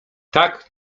tak